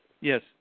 Yes